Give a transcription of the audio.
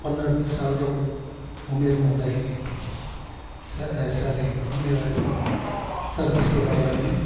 पन्ध्र बिस सालको उमेर हुँदाखेरि स ए सरी उमेर होइन सर्भिसको दौरानमा